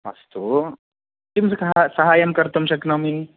अस्तु किं सहायं कर्तुं शक्नोमि